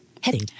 Heading